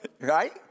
Right